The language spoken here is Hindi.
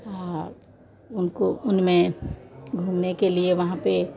और उनको उनमें घूमने के लिए वहाँ पर